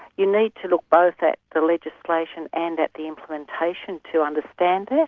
you need to look both at the legislation and at the implementation to understand it,